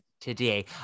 today